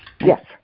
Yes